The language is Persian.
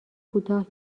کوتاه